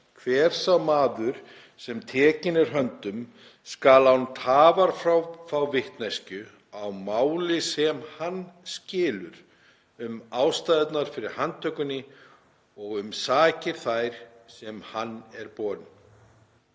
„Hver sá maður, sem tekinn er höndum, skal án tafar fá vitneskju, á máli sem hann skilur, um ástæðurnar fyrir handtökunni og um sakir þær sem hann er borinn.“